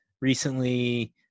recently